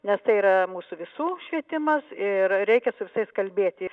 nes tai yra mūsų visų švietimas ir reikia su visais kalbėti